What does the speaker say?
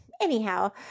anyhow